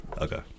okay